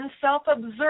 self-observe